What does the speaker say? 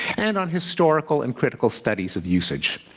and on historical and critical studies of usage.